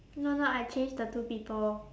no lah I change the two people